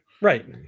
right